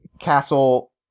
Castle